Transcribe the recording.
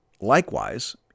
Likewise